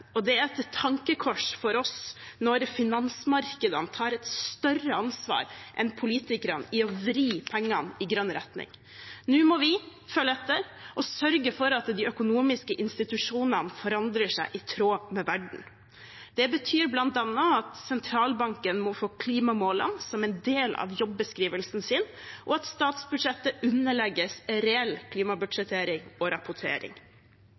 og det er et tankekors for oss når finansmarkedene tar et større ansvar enn politikerne i å vri pengene i grønn retning. Nå må vi følge etter og sørge for at de økonomiske institusjonene forandrer seg i tråd med verden. Det betyr bl.a. at sentralbanken må få klimamålene som en del av jobbeskrivelsen sin, og at statsbudsjettet underlegges reell klimabudsjettering og rapportering.